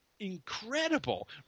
incredible